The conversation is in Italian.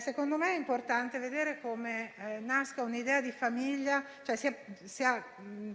Secondo me è importante vedere come nasce un'idea di famiglia e come sia